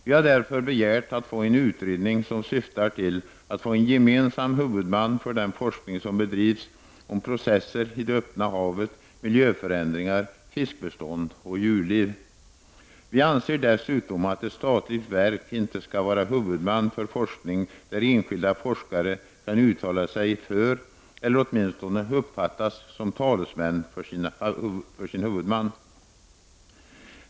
Vi har därför begärt en utredning om en gemensam huvudman för den forskning som bedrivs om processer i det öppna havet, miljöförändringar, fiskbestånd och djurliv. Vi anser dessutom att ett statligt verk inte skall vara huvudman för forskning, där enskilda forskare kan uttala sig för eller åtminstone uppfattas som talesmän för huvudmannen.